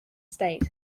state